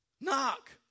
Knock